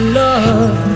love